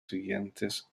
siguientes